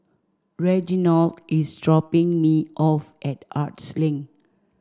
Reginald is dropping me off at Arts Link